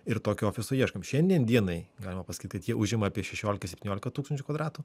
ir tokio ofiso ieškom šiandien dienai galima pasakyt kad jie užima apie šešiolika septyniolika tūkstančių kvadratų